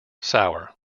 sour